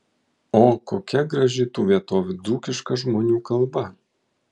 o kokia graži tų vietovių dzūkiška žmonių kalba